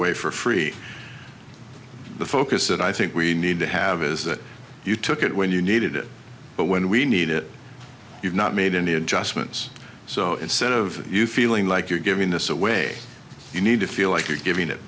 away for free the focus that i think we need to have is that you took it when you needed it but when we need it you've not made any adjustments so instead of you feeling like you're giving this away you need to feel like you're giving it